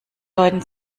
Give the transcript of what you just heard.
leuten